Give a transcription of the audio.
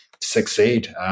succeed